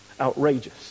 outrageous